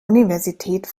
universität